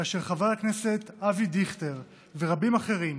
כאשר חבר הכנסת אבי דיכטר ורבים אחרים